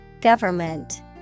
Government